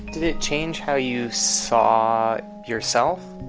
did it change how you saw yourself?